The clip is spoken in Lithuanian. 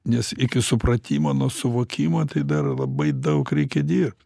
nes iki supratimo nu suvokimo tai dar labai daug reikia dirbt